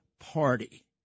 Party